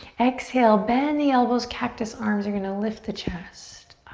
exhale, bend the elbows, cactus arms. you're gonna lift the chest.